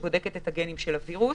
שבודקת את הגנים של הווירוס.